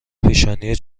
پیشانی